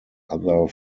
other